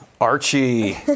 Archie